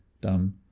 dumb